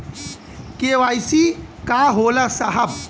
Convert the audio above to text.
KYC का होला साहब?